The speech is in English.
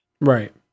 Right